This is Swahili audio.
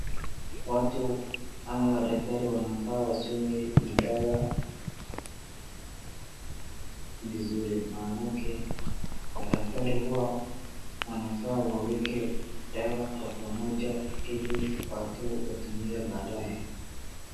Watu ama madaktari wanafaa waseme madawa, vizuri. Maanake, madaktari huwa wanafaa waweke dawa kwa pamoja ili watu watumie baadae.